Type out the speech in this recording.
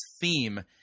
theme